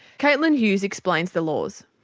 caitlin hughes explains the laws.